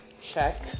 check